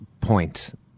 point